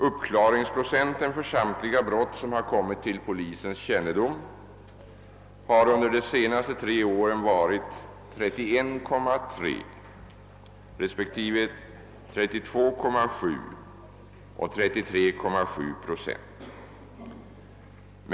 Uppklaringsprocenten för samtliga brott som har kommit till polisens kännedom har under de senaste tre åren varit 31,3 resp. 32,7 och 33,7 Zo.